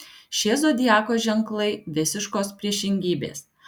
šie zodiako ženklai visiškos priešingybės